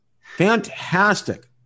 fantastic